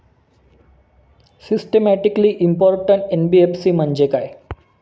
Systematically important NBFC म्हणजे काय?